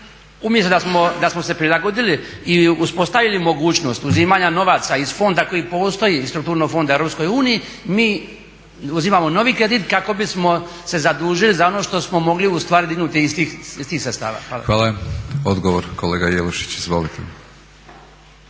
umjesto da smo se prilagodili i uspostavili mogućnost uzimanja novaca iz fonda koji postoji, strukturnog fonda u EU mi uzimamo novi kredit kako bismo se zadužili za ono što smo mogli u stvari dignuti iz tih sredstava. Hvala. **Batinić, Milorad